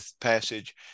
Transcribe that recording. passage